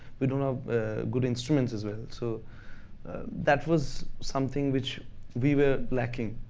we don't have a good instruments as well. so that was something which we were lacking.